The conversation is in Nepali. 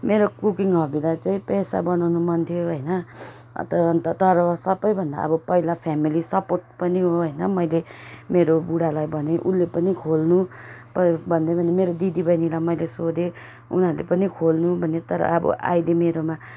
मेरो कुकिङ हबीलाई चाहिँ पेसा बनाउनु मन थियो होइन तर अन्त तर सबैभन्दा अब पहिला फेमिली सपोर्ट पनि हो होइन मैले मेरो बुढालाई भनेँ उसले पनि खोल्नु भन्दै भन्यो मेरो दिदी बहिनीलाई मैले सोधेँ उनीहरूले पनि खोल्नु भन्यो तर अब अहिले मेरोमा